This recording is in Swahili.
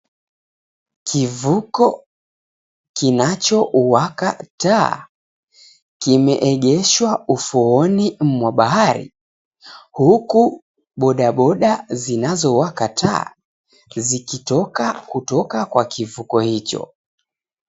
Kivuko kinacho waka taa kimeegeshwa ufuoni mwa bahari huku bodaboda zinazo waka taa zikitoka kutoka kwa kivuko hicho.